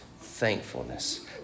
Thankfulness